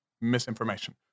misinformation